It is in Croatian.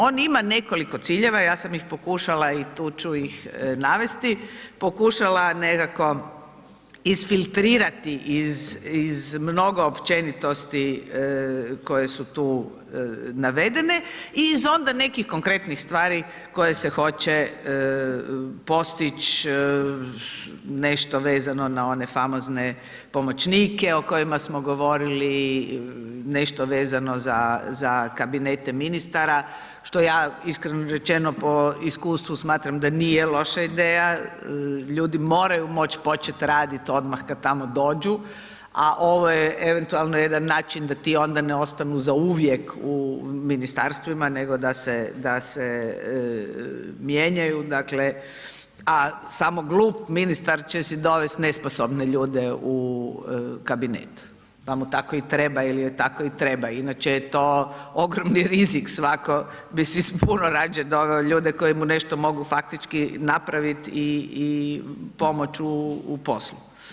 On ima nekoliko ciljeva, ja sam ih pokušala i tu ću ih navesti, pokušala nekako isfiltrirati iz mnogo općenitosti koje su tu navedene i iz onda nekih konkretnih stvari koje se hoće postići nešto vezano na one famozne pomoćnike, o kojima smo govorili nešto vezano za kabinete ministara, što ja iskreno rečeno, po iskustvu smatram da nije loša ideja, ljudi moraju moći početi raditi odmah kad tamo dođu, a ovo je eventualno jedan način da ti onda ne ostanu zauvijek u ministarstvima nego da se, da se mijenjaju, dakle, a samo glup ministar će si dovesti nesposobne ljude u kabinet pa mu tako i treba jer tako i treba, inače je to ogromni rizik, svako bi si puno radije doveo ljude koji mu nešto mogu faktički napraviti i pomoći u poslu.